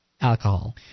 alcohol